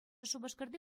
шупашкарти